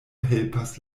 helpas